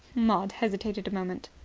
maud hesitated a moment.